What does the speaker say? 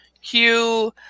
Hugh